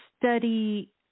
study